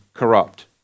Corrupt